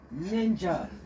Ninja